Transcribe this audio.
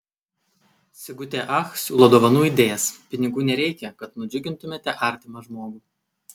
sigutė ach siūlo dovanų idėjas pinigų nereikia kad nudžiugintumėte artimą žmogų